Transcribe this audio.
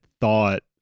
thought